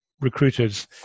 recruiters